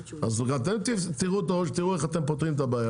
אז גם אתם תשברו את הראש ותראו איך אתם פותרים את הבעיה.